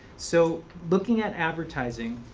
so looking at advertising,